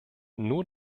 nur